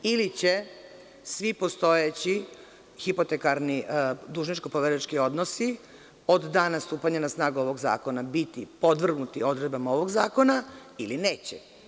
Ili će svi postojeći hipotekarni dužničko-poverilački odnosi od dana stupanja na snagu ovog zakona biti podvrgnuti odredbama ovog zakona ili neće.